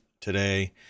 today